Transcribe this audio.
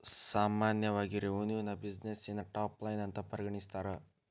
ಸಾಮಾನ್ಯವಾಗಿ ರೆವೆನ್ಯುನ ಬ್ಯುಸಿನೆಸ್ಸಿನ ಟಾಪ್ ಲೈನ್ ಅಂತ ಪರಿಗಣಿಸ್ತಾರ?